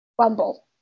rumble